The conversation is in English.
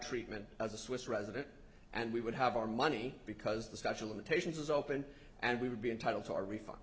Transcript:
treatment as a swiss resident and we would have our money because the special imitations is open and we would be entitled to a refund